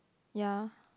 ya